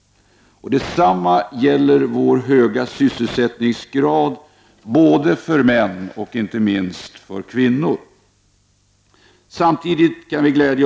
Detsamma gäller vår höga sysselsättningsgrad för både män och, inte minst, kvinnor.